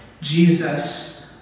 Jesus